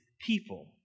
people